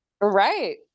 Right